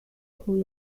أقوله